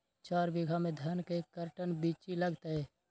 चार बीघा में धन के कर्टन बिच्ची लगतै?